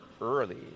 early